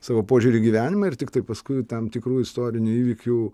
savo požiūrį į gyvenimą ir tiktai paskui tam tikrų istorinių įvykių